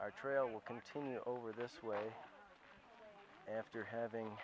our trail will continue over this way after having